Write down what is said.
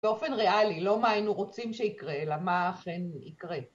באופן ריאלי, לא מה היינו רוצים שיקרה, אלא מה אכן יקרה.